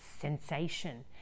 sensation